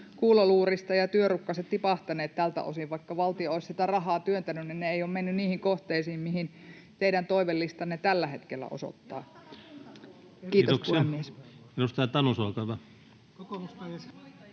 kuuloluurista ja työrukkaset tipahtaneet tältä osin. Vaikka valtio olisi sitä rahaa työntänyt, niin ne eivät ole menneet niihin kohteisiin, mihin teidän toivelistanne tällä hetkellä osoittaa. [Veronika